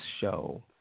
show